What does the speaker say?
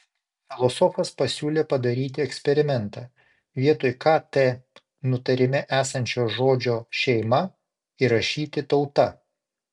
filosofas pasiūlė padaryti eksperimentą vietoj kt nutarime esančio žodžio šeima įrašyti tauta